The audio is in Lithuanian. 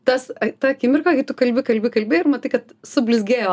tas ta akimirka kai tu kalbi kalbi kalbi ir matai kad sublizgėjo